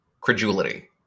credulity